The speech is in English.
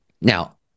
Now